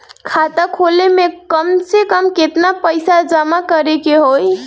खाता खोले में कम से कम केतना पइसा जमा करे के होई?